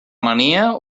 mania